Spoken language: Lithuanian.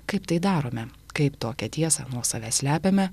kaip tai darome kaip tokią tiesą nuo savęs slepiame